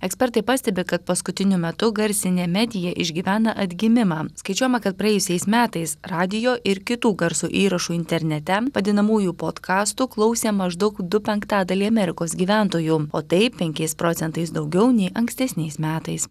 ekspertai pastebi kad paskutiniu metu garsinė medija išgyvena atgimimą skaičiuojama kad praėjusiais metais radijo ir kitų garso įrašų internete vadinamųjų podkastų klausė maždaug du penktadaliai amerikos gyventojų o tai penkiais procentais daugiau nei ankstesniais metais